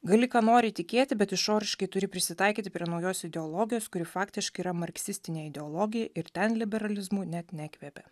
gali ką nori tikėti bet išoriškai turi prisitaikyti prie naujos ideologijos kuri faktiškai yra marksistinė ideologija ir ten liberalizmu net nekvepia